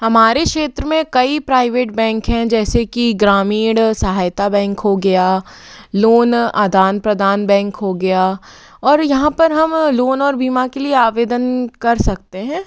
हमारे क्षेत्र में कई प्राइवेट बैंक हैं जैसे कि ग्रामीण सहायता बैंक हो गया लोन आदान प्रदान बैंक हो गया और यहाँ पर हम लोन और बीमा के लिए आवेदन कर सकते हैं